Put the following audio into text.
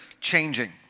changing